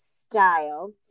style